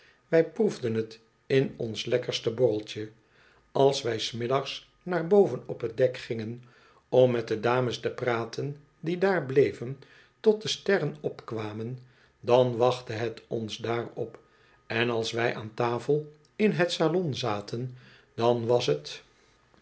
wij proefden het in ons lekkerste borreltje als wij s middags naar boven op het dek gingen om mot de dames te praten die daar bleven tot de sterren opkwamen dan wachtte het ons daar op en als wij aan tafel in het salon zaten dan was het